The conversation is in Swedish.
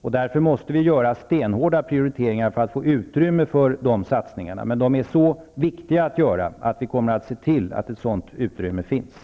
Vi måste därför göra stenhårda prioriteringar för att få utrymme för dessa satsningar, men de är så viktiga att vi kommer att se till att ett sådant utrymme finns.